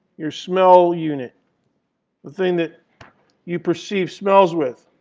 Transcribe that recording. your smell unit, the thing that you perceive smells with,